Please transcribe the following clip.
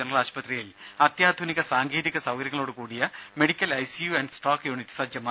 general ആശുപത്രിയിൽ അത്യാധുനിക സാങ്കേതിക സൌകര്യങ്ങളോടു കൂടിയ medical ICU and stroke unit സജ്ജമായി